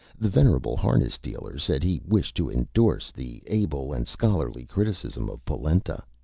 the venerable harness dealer said he wished to indorse the able and scholarly criticism of polenta.